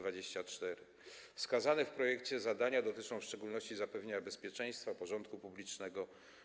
Wskazane w projekcie zadania dotyczą w szczególności zapewnienia bezpieczeństwa i porządku publicznego.